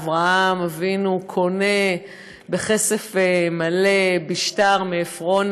אברהם אבינו קונה בכסף מלא, בשטר, מעפרון